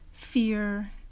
fear